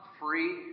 free